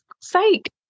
Sake